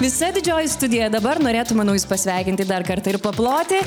visa didžioji studija dabar norėtų manau jus pasveikinti dar kartą ir paploti